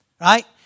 right